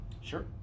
Sure